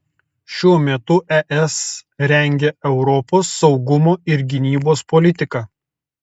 šiuo metu es rengia europos saugumo ir gynybos politiką